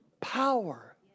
power